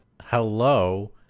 Hello